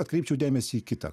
atkreipčiau dėmesį į kitą